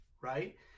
right